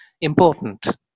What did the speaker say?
important